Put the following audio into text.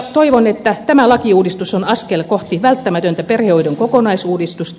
toivon että tämä lakiuudistus on askel kohti välttämätöntä perhehoidon kokonaisuudistusta